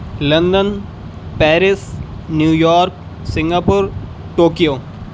London Paris New York Singapore Tokyo